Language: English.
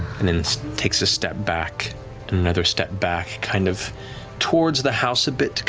and then so takes a step back and another step back kind of towards the house a bit,